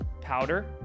powder